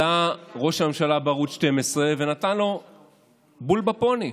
עלה ראש הממשלה בערוץ 12 ונתן לו בול בפוני,